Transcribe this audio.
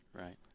right